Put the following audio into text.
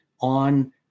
on